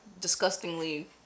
disgustingly